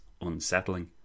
unsettling